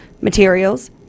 materials